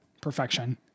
perfection